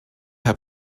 herr